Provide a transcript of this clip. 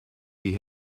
die